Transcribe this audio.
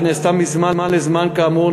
שנעשתה מזמן לזמן כאמור,